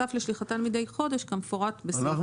בנוסף לשליחתן מדי חודש כמופרט בסעיף קטן (ה)".